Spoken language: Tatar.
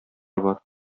бар